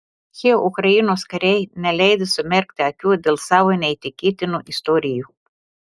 šie ukrainos kariai neleido sumerkti akių dėl savo neįtikėtinų istorijų